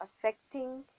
affecting